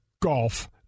Golf